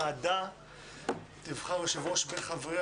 ועדה קבועה תבחר יושב ראש מבין חבריה,